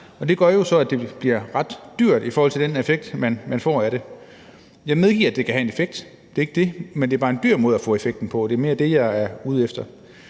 jo så, at det bliver ret dyrt i forhold til den effekt, man får ud af det. Jeg medgiver, at det kan have en effekt – det er ikke det – men det er bare en dyr måde at få effekten på, og det er mere det, jeg er ude efter.